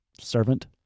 servant